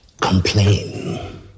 complain